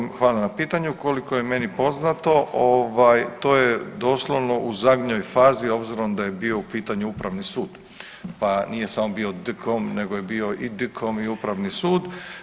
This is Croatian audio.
Koliko, hvala na pitanju, koliko je meni poznato ovaj to je doslovno u zadnjoj fazi obzirom da je bio u pitanju Upravni sud, pa nije samo bio DKOM neko je bio i DKOM i Upravni sud.